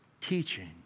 teaching